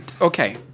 Okay